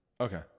Okay